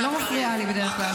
לא, היא לא מפריעה לי בדרך כלל.